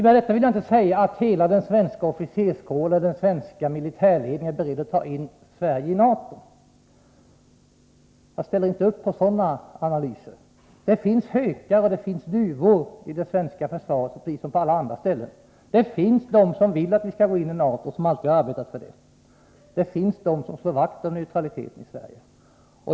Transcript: Med detta vill jag inte säga att hela den svenska officerskåren och den svenska militärledningen är beredda att ta in Sverige i NATO. Jag ställer inte upp på sådana analyser. Det finns hökar och duvor i det svenska försvaret, precis som på alla andra ställen. Det finns de som vill att vi skall gå ini NATO och som alltid har arbetat för det; det finns de som slår vakt om neutraliteten.